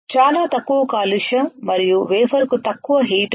చాలా తక్కువ కాలుష్యం మరియు వేఫర్ కు తక్కువ హీట్ ఉంది